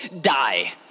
die